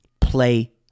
Play